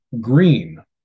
green